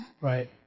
Right